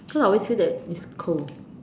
because I always feel that it is cold